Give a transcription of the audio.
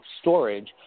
storage